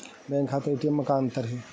Bank खाता ATM मा का अंतर हे?